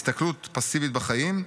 הסתכלות פסיבית בחיים,